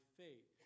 faith